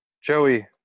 Joey